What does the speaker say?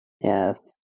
Yes